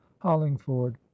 hollingford